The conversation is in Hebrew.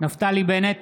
נפתלי בנט,